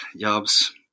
jobs